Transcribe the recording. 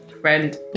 Friend